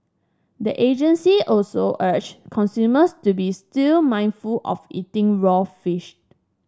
the agency also urged consumers to be still mindful of eating raw fish